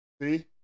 See